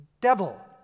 devil